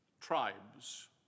tribes